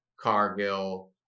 Cargill